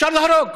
אפשר להרוג,